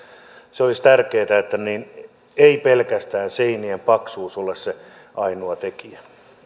se olisi tärkeätä että ei pelkästään seinien paksuus ole se ainoa tekijä